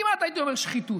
כמעט הייתי אומר שחיתות.